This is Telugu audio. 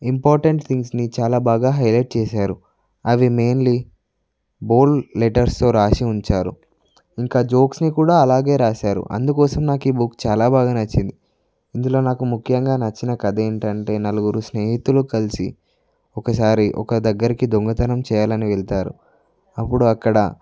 ఇంపార్టెంట్ థింగ్స్ని చాలా బాగా హైలెట్ చేసారు అవి మెయిన్లీ బోల్డ్ లెటర్స్తో రాసి ఉంచారు ఇంకా జోక్స్ని కూడా అలాగే రాసారు అందుకోసం నాకు ఈ బుక్ చాలా బాగా నచ్చింది ఇందులో నాకు ముఖ్యంగా నచ్చిన కథేంటంటే నలుగురు స్నేహితులు కలిసి ఒకసారి ఒక దగ్గరికి దొంగతనం చేయాలని వెళ్తారు అప్పుడు అక్కడ